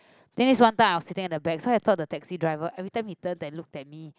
then is one time I was sitting at the back so I thought the driver everytime he turn and look at me